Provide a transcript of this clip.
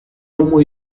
como